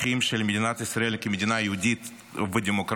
של מדינת ישראל כמדינה יהודית ודמוקרטית,